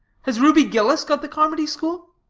has ruby gillis got the carmody school?